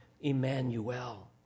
Emmanuel